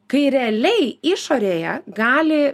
kai realiai išorėje gali